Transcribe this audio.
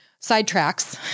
sidetracks